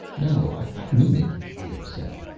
no, i mean it. leoh said.